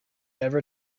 ever